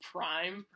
Prime